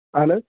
اَہَن حظ